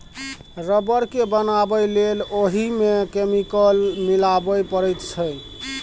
rubber केँ बनाबै लेल ओहि मे केमिकल मिलाबे परैत छै